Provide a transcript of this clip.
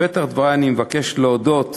בפתח דברי אני מבקש להודות